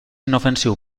inofensiu